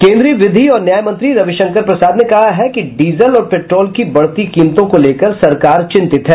केन्द्रीय विधि और ं न्याय मंत्री रविशंकर प्रसाद ने कहा है कि डीजल और पेट्रोल की बढती कीमतों को लेकर सरकार चिंतित है